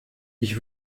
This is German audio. ich